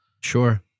Sure